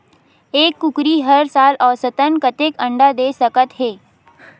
एक कुकरी हर साल औसतन कतेक अंडा दे सकत हे?